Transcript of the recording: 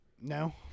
No